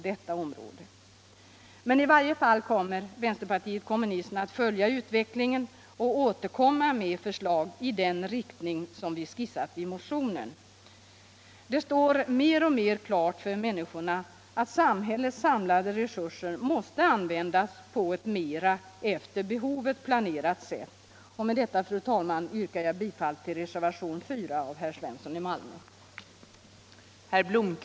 I varje fall kommer vänsterpartiet kommunisterna att följa utvecklingen och återkomma med förslag i den riktning som vi skissat i motionen. Det står mer och mer klart för människorna att samhällets samlade resurser måste användas på ett mera efter behovet planerat sätt. Med detta, fru talman, yrkar jag bifall till reservationen 4 av herr Svensson i Malmö.